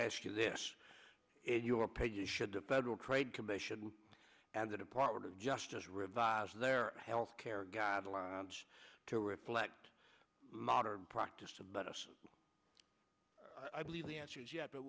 ask you this is your pages should the federal trade commission and the department of justice revise their healthcare guidelines to reflect modern practice of medicine i believe the answer is yes but